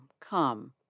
come